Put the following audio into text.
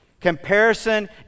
Comparison